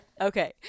Okay